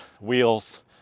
wheels